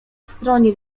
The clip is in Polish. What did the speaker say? stronie